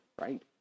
right